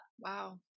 Wow